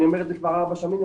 אני אומר את כבר 4 שנים,